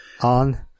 on